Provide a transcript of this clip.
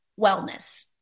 wellness